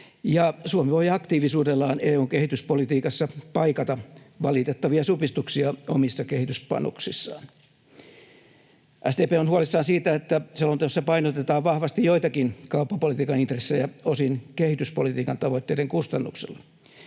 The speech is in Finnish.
Suomi voi aktiivisuudellaan EU:n kehityspolitiikassa paikata valitettavia supistuksia omissa kehityspanoksissaan. SDP on huolissaan siitä, että selonteossa painotetaan vahvasti joitakin kauppapolitiikan intressejä osin kehityspolitiikan tavoitteiden kustannuksella.